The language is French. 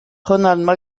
ronald